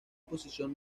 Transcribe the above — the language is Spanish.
posición